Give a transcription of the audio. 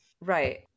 right